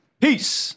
Peace